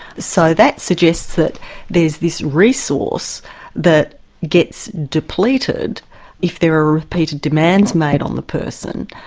so that suggests that there's this resource that gets depleted if there are repeated demands made on the person.